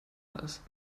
hals